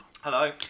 Hello